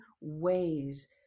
ways